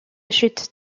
chute